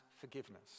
forgiveness